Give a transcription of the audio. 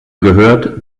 gehört